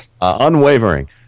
Unwavering